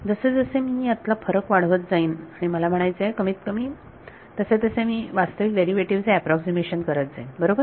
जसजसे मी ह्यातला फरक वाढवत जाईन आणि मला म्हणायचे आहे कमी आणि कमी तसे तसे मी मी वास्तविक डेरिव्हेटिव्ह चे अॅप्रॉक्सीमेशन करत जाईन बरोबर